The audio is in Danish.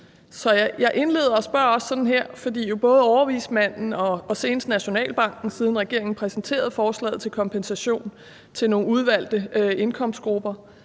og spørger også sådan her, fordi både overvismanden og senest Nationalbanken, siden regeringen præsenterede forslaget til en kompensation til nogle udvalgte indkomstgrupper,